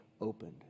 opened